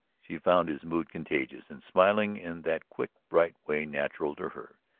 she found his mood contagious and, smiling in that quick, bright way natural to her,